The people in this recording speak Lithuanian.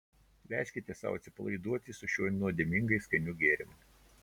leiskite sau atsipalaiduoti su šiuo nuodėmingai skaniu gėrimu